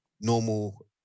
normal